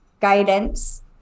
guidance